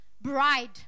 bride